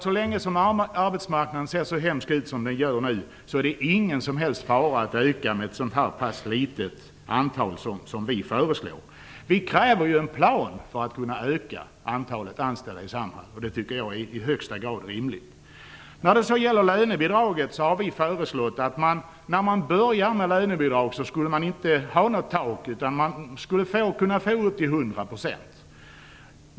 Så länge som arbetsmarknaden ser så hemsk ut som den nu gör är det ingen som helst fara med en så pass liten ökning av antalet som vi föreslår. Vi kräver ju en plan för att man skall kunna öka antalet anställda inom Samhall, och det tycker jag är i högsta grad rimligt. Vi har föreslagit att när man börjar med lönebidrag skall man inte ha något tak, utan att man borde kunna få ut upp till 100 %.